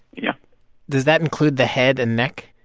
yeah does that include the head and neck?